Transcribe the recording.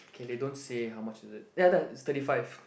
okay they don't say how much is it ya that is thirty five